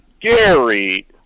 Gary